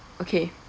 okay